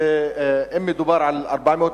אם מדובר על 400 בתי-ספר,